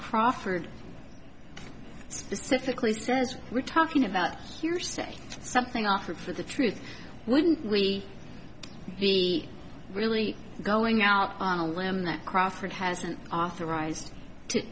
crawford specifically says we're talking about hearsay something offered for the truth wouldn't we be really going out on a limb that crawford has been authorized to